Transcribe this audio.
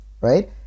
right